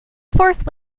fourth